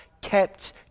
kept